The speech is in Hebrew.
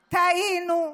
טעינו,